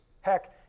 Heck